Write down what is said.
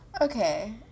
Okay